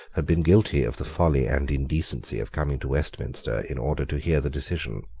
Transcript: had been guilty of the folly and indecency of coming to westminster in order to hear the decision.